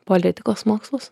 politikos mokslus o